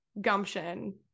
gumption